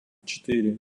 четыре